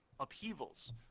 upheavals